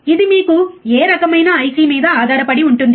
ఇది మీకు ఏ రకమైన ఐసి మీద ఆధారపడి ఉంటుంది